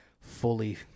fully